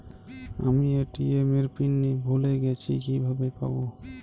আমি এ.টি.এম এর পিন ভুলে গেছি কিভাবে পাবো?